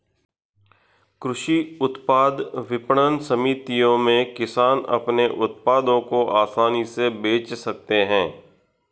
कृषि उत्पाद विपणन समितियों में किसान अपने उत्पादों को आसानी से बेच सकते हैं